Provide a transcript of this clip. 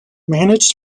managed